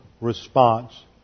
response